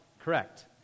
correct